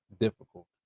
difficult